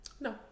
No